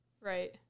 Right